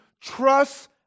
trust